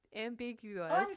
Ambiguous